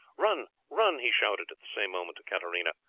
run, run! he shouted at the same moment to katarina,